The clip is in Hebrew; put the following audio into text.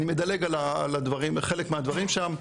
אני מדלג על חלק מהדברים שם,